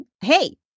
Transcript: hey